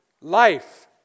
life